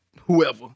whoever